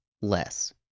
less